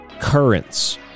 currents